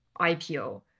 IPO